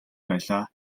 байлаа